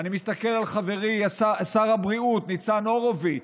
אני מסתכל על חברי שר הבריאות ניצן הורוביץ,